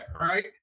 right